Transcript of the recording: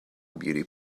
beauty